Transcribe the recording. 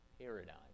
paradigm